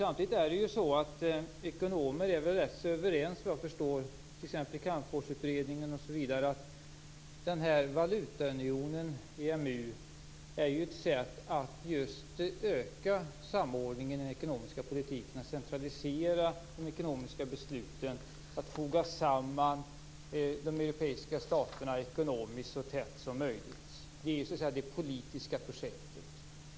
Samtidigt är såvitt jag förstår ekonomer är rätt så överens - t.ex. i Calmforsutredningen - om att valutaunionen, EMU, är ett sätt att öka samordningen kring den ekonomiska politiken, att centralisera de ekonomiska besluten och att foga samman de europeiska staterna ekonomiskt så tätt som möjligt. Det är så att säga det politiska projektet.